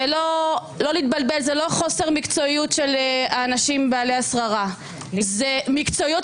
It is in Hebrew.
לא להתבלבל זה לא חוסר מקצועיות של אנשים בעלי השררה זאת מקצועיות